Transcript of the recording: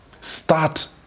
Start